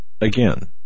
again